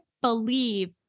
believe